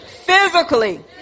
physically